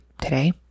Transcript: today